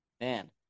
Man